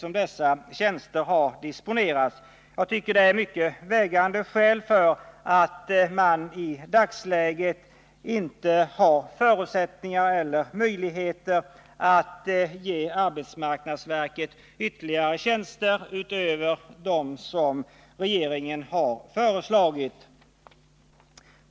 Jag menar att det finns mycket tungt vägande skäl för att hävda att det i dagsläget inte finns möjligheter att ge arbetsmarknadsverket några tjänster utöver dem som regeringen har föreslagit.